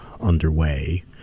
underway